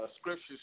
Scriptures